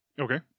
Okay